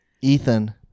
Ethan